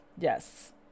Yes